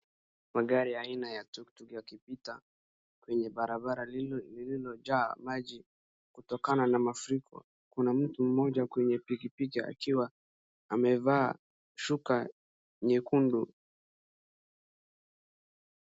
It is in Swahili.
Magari aina ya tuktuk yakipita kwenye barabara lililojaa maji kutokana na mafuriko, kuna mtu mmoja kwenye pikipiki akiwa amevaa shuka nyekundu.